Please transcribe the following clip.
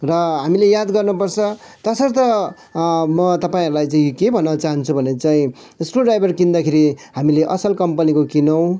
र हामीले याद गर्नुपर्छ तसर्थ म तपाईँहरूलाई चाहिँ के भन्न चाहन्छु भने चाहिँ स्क्रुड्राइभर किन्दाखेरि हामीले असल कम्पनीको किनौँ